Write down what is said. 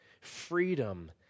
freedom